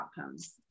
outcomes